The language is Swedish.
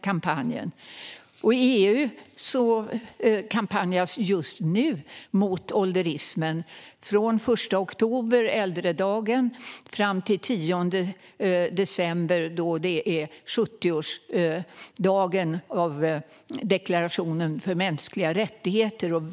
I EU kampanjas det just nu mot ålderismen, från äldredagen den 1 oktober fram till den 10 december då 70-årsdagen för deklarationen om mänskliga rättigheter firas.